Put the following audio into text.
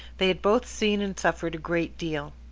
they had both seen and suffered a great deal